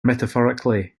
metaphorically